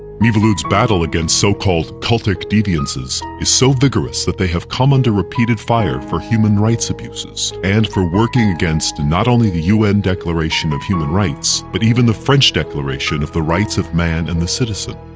miviludes' battle against so-called cultic deviances is so vigorous that they have come under repeated fire for human rights abuses, and for working against not only the un declaration of human rights, but even the french declaration of the rights of man and citizen.